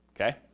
okay